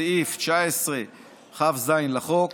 בסעיף 19כז לחוק,